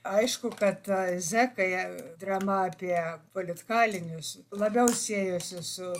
aišku kad ta zekai drama apie politkalinius labiau siejosi su